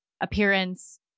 appearance